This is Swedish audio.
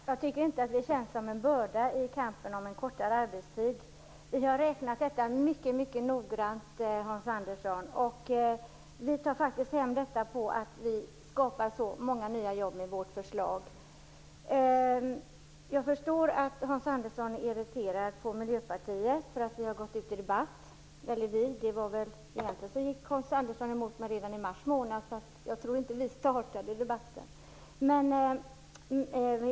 Herr talman! Jag tycker inte att vi är en börda i kampen för en kortare arbetstid. Vi har räknat på detta mycket noggrant, Hans Andersson. Att vi tar hem dessa effekter beror på att vi skapar så många nya jobb med vårt förslag. Jag förstår att Hans Andersson är irriterad på att vi i Miljöpartiet gått ut i debatt. Egentligen gick Hans Andersson emot mig redan i mars, så det var inte vi som startade debatten.